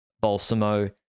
Balsamo